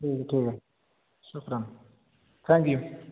جی جی ٹھیک ہے شکراً تھینک یو